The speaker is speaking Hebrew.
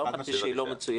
לא אמרתי שהיא לא מצוינת,